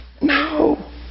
No